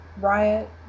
riot